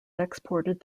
exported